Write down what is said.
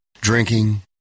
Drinking